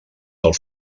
del